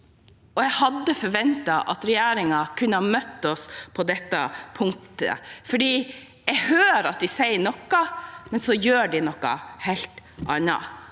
Jeg hadde forventet at regjeringen kunne ha møtt oss på dette punktet, for jeg hører de sier noe, men de gjør noe helt